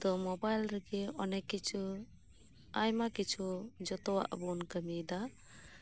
ᱛᱚ ᱢᱳᱵᱟᱭᱤᱞ ᱨᱮᱜᱮ ᱚᱱᱮᱠ ᱠᱤᱪᱷᱩ ᱟᱭᱢᱟ ᱠᱤᱪᱷᱩ ᱡᱚᱛᱚᱭᱟᱜ ᱵᱚᱱ ᱠᱟᱹᱢᱤ ᱭᱮᱫᱟ